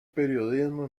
periodismo